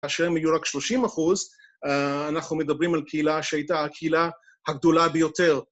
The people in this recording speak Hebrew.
כאשר הם יהיו רק 30 אחוז, אנחנו מדברים על קהילה שהייתה הקהילה הגדולה ביותר,